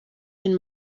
den